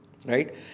right